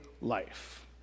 life